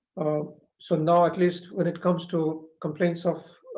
so now at least when it comes to complaints of